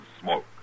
smoke